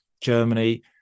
Germany